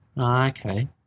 okay